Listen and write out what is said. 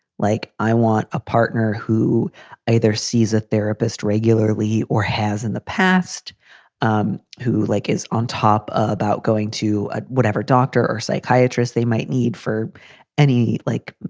like i want a partner who either sees a therapist regularly or has in the past um who like is on top about going to ah whatever doctor or psychiatrist they might need for any, like,